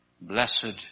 blessed